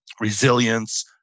resilience